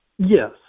yes